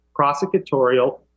prosecutorial